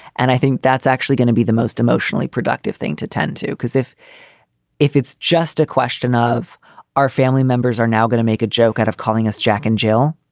and i think that's actually going to be the most emotionally productive thing to attend to. because if if it's just a question of our family members are now going to make a joke out of calling us jack and jill,